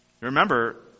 Remember